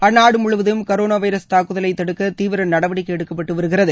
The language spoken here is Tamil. அந்நாடு முழுவதும் கரோனோ வைரஸ் தாக்குதலை தடுக்க தீவிர நடவடிக்கை எடுக்கப்பட்டு வருகிறது